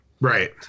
Right